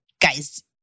Guys